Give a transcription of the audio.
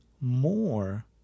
more